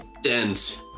Dense